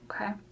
okay